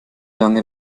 lange